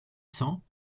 cents